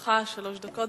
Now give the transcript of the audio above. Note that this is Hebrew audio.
לרשותך שלוש דקות.